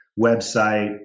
website